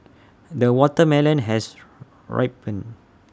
the watermelon has ripened